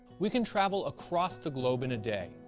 we can travel across the globe in a day,